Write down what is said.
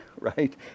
right